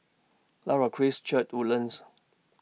Light of Christ Church Woodlands